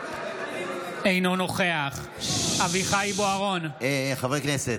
אינו נוכח חברי הכנסת,